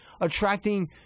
attracting